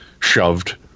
shoved